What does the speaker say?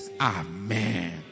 Amen